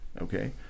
okay